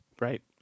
Right